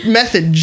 method